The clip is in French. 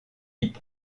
hip